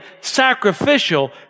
sacrificial